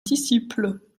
disciples